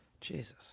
Jesus